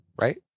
right